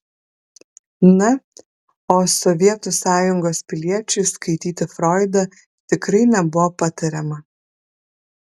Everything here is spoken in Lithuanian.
na o sovietų sąjungos piliečiui skaityti froidą tikrai nebuvo patariama